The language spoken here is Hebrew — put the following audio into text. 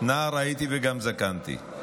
נער הייתי וגם זקנתי,